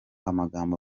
amagambo